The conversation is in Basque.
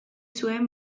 zuen